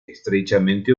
estrechamente